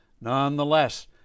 Nonetheless